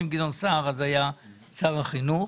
גדעון סער אז היה שר החינוך,